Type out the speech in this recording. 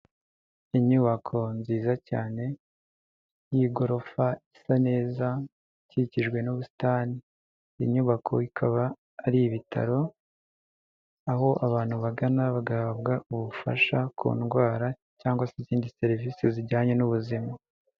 Inyubako nziza cyane y'igorofa isa neza ikikijwe n'ubusitani, iyi nyubako ikaba ari ibitaro aho abantu bagana bagahabwa ubufasha ku ndwara cyangwa se izindi serivisi zijyanye n'ubuzima.